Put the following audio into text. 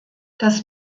das